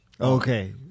Okay